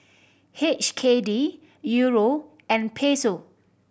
H K D Euro and Peso